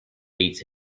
beat